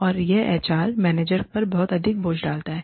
और यह HR manager पर बहुत अधिक बोझ डालता है